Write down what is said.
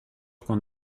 qu’on